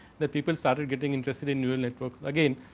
the people started getting interested in newell network again.